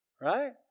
right